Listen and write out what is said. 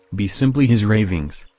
be simply his ravings,